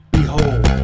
behold